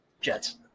Jets